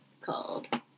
called